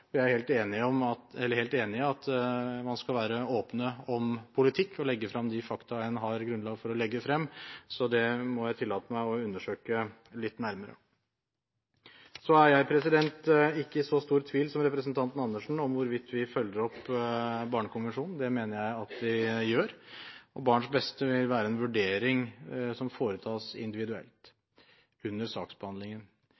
er helt enige i at man skal være åpne om politikk og legge frem de fakta man har grunnlag for å legge frem, så det må jeg få lov til å undersøke litt nærmere. Så er jeg ikke i så stor tvil som representanten Andersen om hvorvidt vi følger opp Barnekonvensjonen. Det mener jeg at vi gjør, og barns beste vil være en vurdering som foretas